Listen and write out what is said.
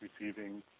receiving